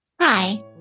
Hi